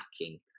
lacking